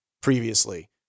previously